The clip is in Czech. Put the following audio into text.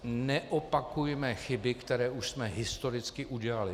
Neopakujme chyby, které už jsme historicky udělali.